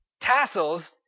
tassels